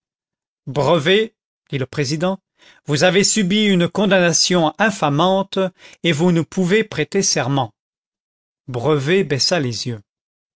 brevet dit le président vous avez subi une condamnation infamante et vous ne pouvez prêter serment brevet baissa les yeux